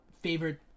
favorite